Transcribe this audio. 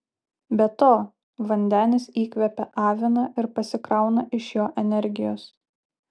be to vandenis įkvepią aviną ir pasikrauna iš jo energijos